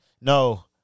No